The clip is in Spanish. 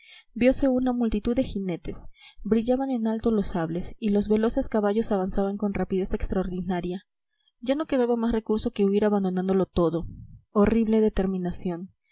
viose una multitud de jinetes brillaban en alto los sables y los veloces caballos avanzaban con rapidez extraordinaria ya no quedaba más recurso que huir abandonándolo todo horrible determinación